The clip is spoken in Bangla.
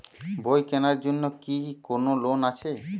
বই কেনার জন্য কি কোন লোন আছে?